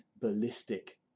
ballistic